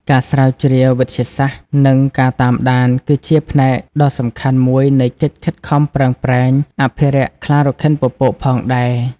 ការស្រាវជ្រាវវិទ្យាសាស្ត្រ និងការតាមដាន គឺជាផ្នែកដ៏សំខាន់មួយនៃកិច្ចខិតខំប្រឹងប្រែងអភិរក្សខ្លារខិនពពកផងដែរ។